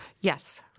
Yes